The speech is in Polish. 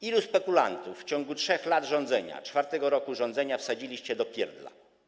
Ilu spekulantów w ciągu 3 lat rządzenia, czwartego roku rządzenia wsadziliście do pierdla?